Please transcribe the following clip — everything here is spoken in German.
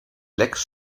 lecks